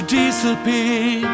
disappear